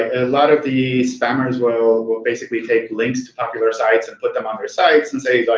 a lot of the spammers will will basically take links to popular sites and put them on their sites and say, like,